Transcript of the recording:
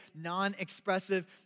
non-expressive